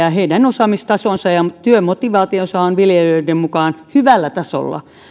ja heidän osaamistasonsa ja työmotivaationsa on viljelijöiden mukaan hyvällä tasolla